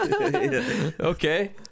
okay